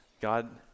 God